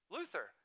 Luther